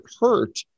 hurt